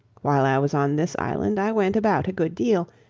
while i was on this island i went about a good deal,